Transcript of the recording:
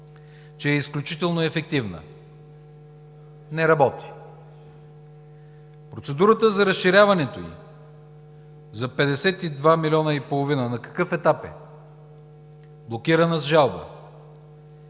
че е изключително ефективна? Не работи! Процедурата за разширяването й за 52,5 милиона на какъв етап е? Блокирана с жалба,